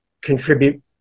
contribute